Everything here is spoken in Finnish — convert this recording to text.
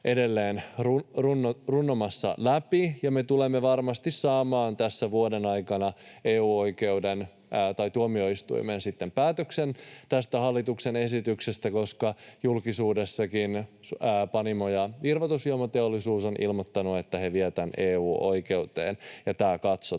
edelleen runnomassa läpi, ja me tulemme varmasti saamaan tässä vuoden aikana tuomioistuimen päätöksen tästä hallituksen esityksestä, koska julkisuudessakin Panimo- ja virvoitusjuomateollisuus on ilmoittanut, että he vievät tämän EU-oikeuteen ja tämä katsotaan.